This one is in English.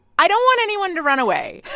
i don't want anyone to run away